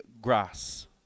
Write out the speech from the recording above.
grass